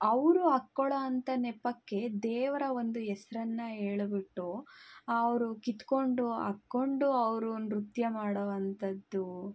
ಅವರು ಹಾಕೊಳ್ಳೋ ಅಂತ ನೆಪಕ್ಕೆ ದೇವರ ಒಂದು ಹೆಸ್ರನ್ನು ಹೇಳ್ಬಿಟ್ಟು ಅವರು ಕಿತ್ತುಕೊಂಡು ಹಾಕ್ಕೊಂಡು ಅವರು ನೃತ್ಯ ಮಾಡೋವಂಥದ್ದು